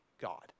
God